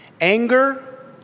Anger